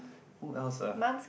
who else ah